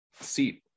seat